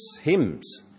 hymns